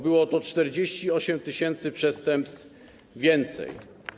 Było to o 48 tys. przestępstw więcej.